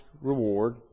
reward